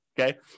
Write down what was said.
okay